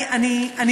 זה נוסף, אה, הלו.